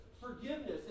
forgiveness